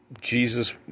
Jesus